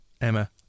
Emma